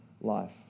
life